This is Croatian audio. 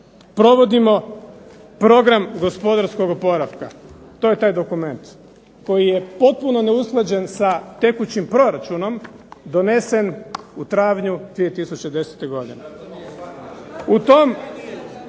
Provodimo program gospodarskog oporavka. To je taj dokument koji je potpuno neusklađen sa tekućim proračunom, donesen u travnju 2010. godine.